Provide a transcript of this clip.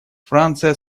франция